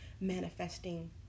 manifesting